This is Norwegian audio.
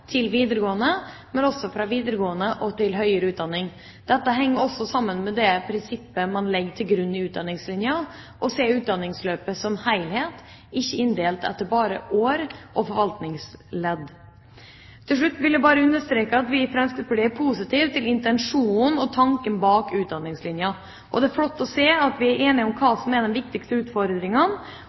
til videregående, men også fra videregående til høyere utdanning. Dette henger også sammen med det prinsippet man legger til grunn i Utdanningslinja – å se utdanningsløpet som helhet, ikke inndelt bare etter år og forvaltningsledd. Til slutt vil jeg bare understreke at vi i Fremskrittspartiet er positive til intensjonen og tanken bak Utdanningslinja. Det er flott å se at vi er enige om hva som er de viktigste utfordringene.